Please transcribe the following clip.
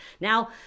now